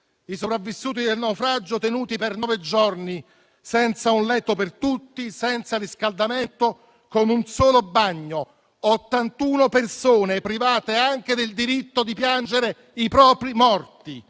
I sopravvissuti del naufragio tenuti per nove giorni senza un letto per tutti e senza riscaldamento, con un solo bagno: 81 persone private anche del diritto di piangere i propri morti.